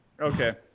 Okay